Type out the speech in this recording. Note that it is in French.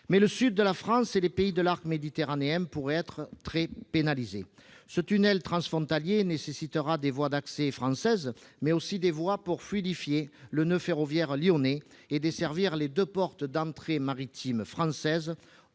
Mais le sud de la France et les pays de l'arc méditerranéen pourraient être très pénalisés. Ce tunnel transfrontalier nécessitera des voies d'accès françaises, mais aussi des voies pour fluidifier le noeud ferroviaire lyonnais et desservir les deux portes d'entrée maritimes françaises,